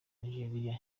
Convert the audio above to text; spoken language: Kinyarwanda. nigeria